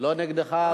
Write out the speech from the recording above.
לא נגדך.